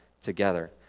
together